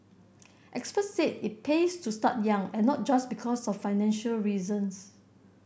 experts said it pays to start young and not just because of financial reasons